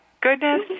goodness